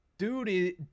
Dude